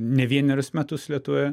ne vienerius metus lietuvoje